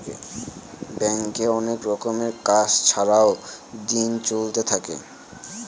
ব্যাঙ্কে অনেক রকমের কাজ ছাড়াও দিন চলতে থাকে